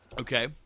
Okay